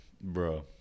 Bro